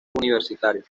universitario